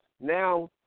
Now